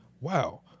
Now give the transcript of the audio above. wow